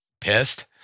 pissed